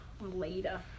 Later